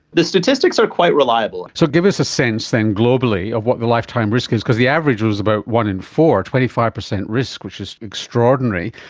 the statistics are quite reliable. so give us a sense then globally of what the lifetime risk is because the average was about one in four, twenty five percent risk, which is extraordinary,